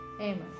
Amen